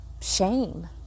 shame